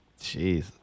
Jeez